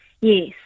Yes